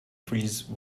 freeze